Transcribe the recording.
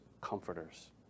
comforters